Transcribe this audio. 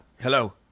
Hello